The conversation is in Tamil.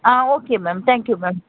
ah okay ma'am thank you ma'am